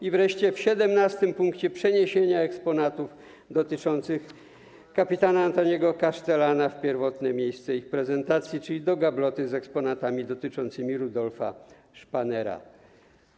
I wreszcie w siedemnastym punkcie - przeniesienia eksponatów dotyczących kpt. Antoniego Kasztelana w pierwotne miejsce ich prezentacji, czyli do gabloty z eksponatami dotyczącymi Rudolfa Spannera.